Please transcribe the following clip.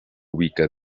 ubica